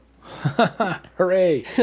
Hooray